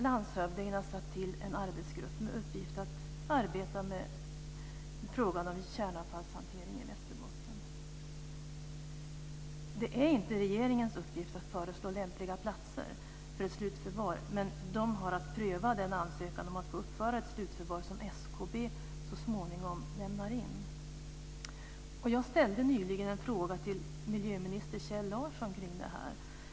Landshövdingen har satt till en arbetsgrupp med uppgift att arbeta med frågan om kärnavfallshantering i Västerbotten. Det är inte regeringens uppgift att föreslå lämpliga platser för en slutförvaring, men den har att pröva ansökan om att få uppföra en slutförvaring som SKB så småningom lämnar in. Jag ställde nyligen en fråga till miljöminister Kjell Larsson kring detta.